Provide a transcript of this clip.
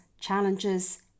challenges